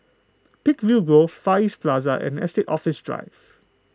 Peakville Grove Far East Plaza and Estate Office Drive